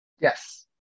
Yes